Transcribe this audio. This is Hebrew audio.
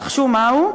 נחשו מה הוא?